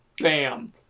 bam